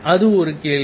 அது ஒரு கேள்வி